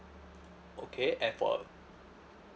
okay and for